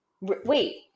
Wait